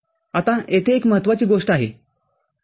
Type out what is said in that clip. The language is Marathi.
आता येथे एक महत्वाची गोष्ट आहे